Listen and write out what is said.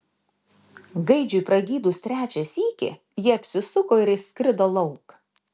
gaidžiui pragydus trečią sykį ji apsisuko ir išskrido lauk